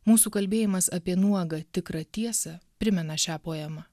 mūsų kalbėjimas apie nuogą tikrą tiesą primena šią poemą